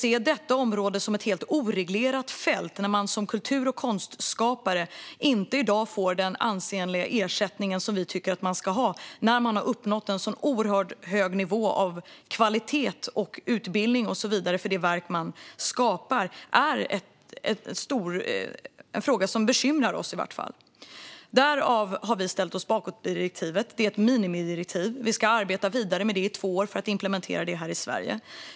Att detta område är ett helt oreglerat fält och att kultur och konstskapare inte får den ansenliga ersättning vi tycker att de ska ha när de har uppnått en så oerhört hög nivå av kvalitet, utbildning och så vidare i de verk de skapar är en fråga som bekymrar oss. Därför har vi ställt oss bakom direktivet. Detta är ett minimidirektiv, och vi ska arbeta vidare med det i två år för att implementera det här i Sverige.